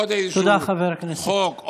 עוד איזשהו חוק,